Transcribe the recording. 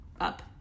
up